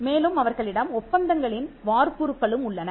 மேலும் அவர்களிடம் ஒப்பந்தங்களின் வார்ப்புருக்களும் உள்ளன